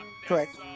Correct